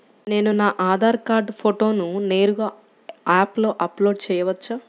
నేను నా ఆధార్ కార్డ్ ఫోటోను నేరుగా యాప్లో అప్లోడ్ చేయవచ్చా?